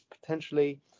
potentially